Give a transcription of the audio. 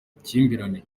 amakimbirane